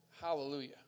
Hallelujah